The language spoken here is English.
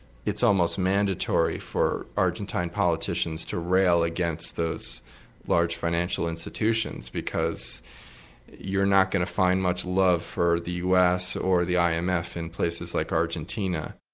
it's almost mandatory for argentine politicians to rail against those large financial institutions, because you're not going to find much love for the us or the um imf in places like argentina.